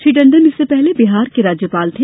श्री टण्डन इससे पहले बिहार के राज्यपाल थे